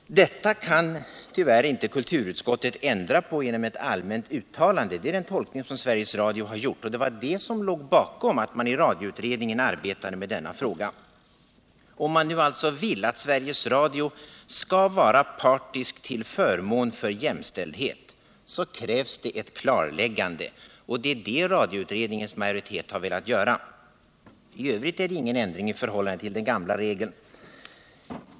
Detta kan tyvärr inte kulturutskottet ändra på genom ett allmänt uttalande. Det är den tolkning som Sveriges Radio har gjort, och det var detta som låg bakom att radioutredningen arbetade med denna fråga. Om man nu alltså vill att Sveriges Radio skall vara partisk till förmån för jämställdhet så krävs det ett klarläggande, och det har radioutredningens majoritet velat göra. I övrigt är det ingen ändring i förhållande till den gamla regeln.